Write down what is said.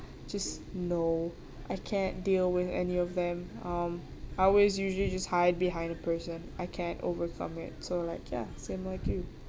which is no I can't deal with any of them um I always usually just hide behind a person I can't overcome it so like ya same like you